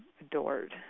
adored